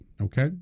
okay